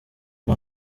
nta